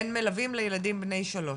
אין מלווים לילדים בני שלוש.